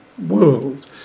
world